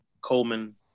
Coleman